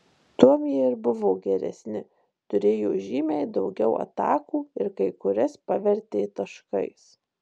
tuom jie ir buvo geresni turėjo žymiai daugiau atakų ir kai kurias pavertė taškais